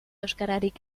euskararik